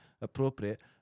appropriate